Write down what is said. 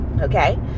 Okay